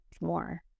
more